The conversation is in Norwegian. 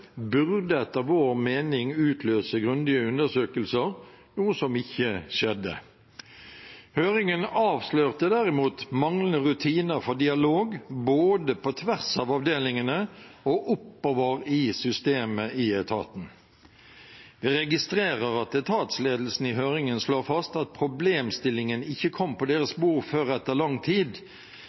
burde etter vår mening utløse grundige undersøkelser, noe som ikke skjedde. Høringen avslørte derimot manglende rutiner for dialog både på tvers av avdelingene og oppover i systemet i etaten. Vi registrerer at etatsledelsen i høringen slår fast at problemstillingen ikke kom på deres bord før etter lang tid,